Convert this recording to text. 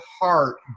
heart